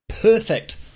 Perfect